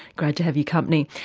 great to have your company.